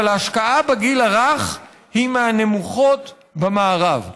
אבל ההשקעה בגיל הרך היא מהנמוכות במערב.